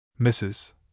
Mrs